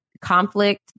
conflict